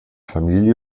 familie